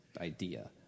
idea